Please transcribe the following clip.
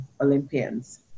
Olympians